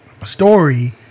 story